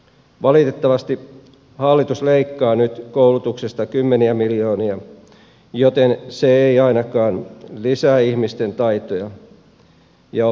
valitettavasti hallitus leikkaa nyt koulutuksesta kymmeniä miljoonia joten se ei ainakaan lisää ihmisten taitoja ja oppimismahdollisuuksia